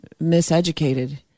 miseducated